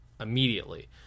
immediately